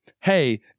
hey